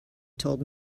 told